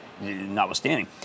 notwithstanding